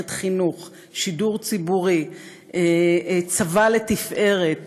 מערכת חינוך, שידור ציבורי, צבא לתפארת.